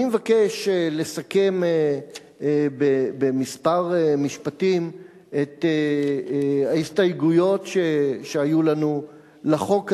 אני מבקש לסכם בכמה משפטים את ההסתייגויות שהיו לנו לחוק הזה,